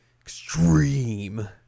Extreme